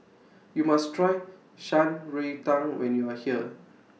YOU must Try Shan Rui Tang when YOU Are here